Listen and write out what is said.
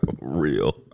real